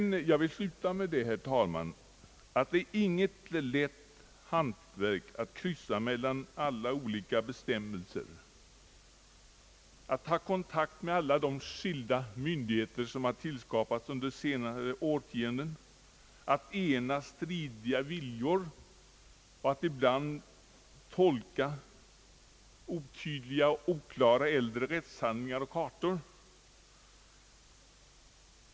Jag vill sluta med att säga, herr talman, att det är inget lätt hantverk att kryssa mellan olika bestämmelser, att ta kontakt med alla de skilda myndigheter som tillskapats under senare årtionden, att ena stridiga viljor och att ibland tolka otydliga och oklara äldre rättshandlingar och kartor.